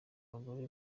abagore